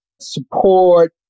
support